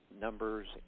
numbers